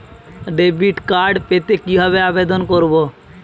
Debit card পেতে কি ভাবে আবেদন করব?